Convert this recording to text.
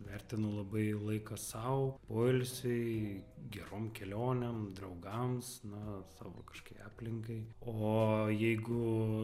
vertinu labai laiką sau poilsiui gerom kelionėm draugams na savo kažkokiai aplinkai o jeigu